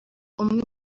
umwe